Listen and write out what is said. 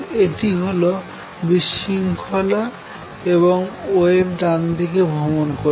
এটি হল বিশৃঙ্খলা এবং ওয়েভ ডানদিকে ভ্রমন করছে